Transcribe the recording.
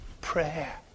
prayer